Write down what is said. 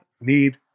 need